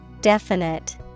Definite